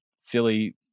silly